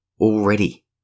already